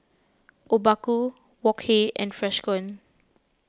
Obaku Wok Hey and Freshkon